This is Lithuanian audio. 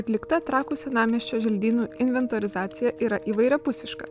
atlikta trakų senamiesčio želdynų inventorizacija yra įvairiapusiška